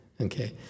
okay